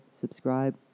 subscribe